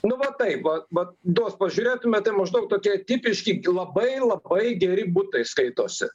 nu va taip va va tuos pažiūrėtume tai maždaug tokie tipiški labai labai geri butai skaitosi